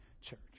church